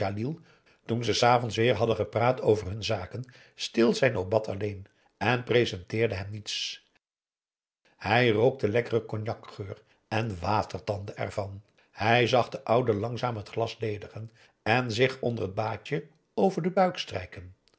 toen ze s avonds weer hadden gepraat over hun zaken stil zijn obat alleen en presenteerde hem niets hij rook den lekkeren cognacgeur en watertandde ervan hij zag den ouden langzaam het glas ledigen en zich onder t baadje over den buik strijken